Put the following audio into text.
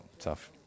tough